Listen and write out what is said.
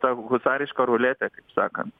ta husariška ruletė kaip sakant